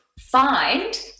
find